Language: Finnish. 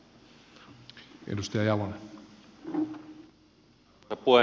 arvoisa puhemies